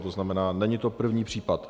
To znamená, není to první případ.